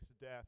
death